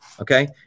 okay